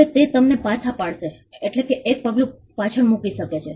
હવે તે તમને પાછા પાડશે એટલે કે એક પગલું પાછળ મૂકી શકે છે